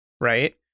right